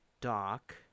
Doc